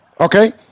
okay